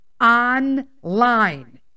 online